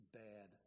bad